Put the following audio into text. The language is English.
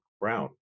brown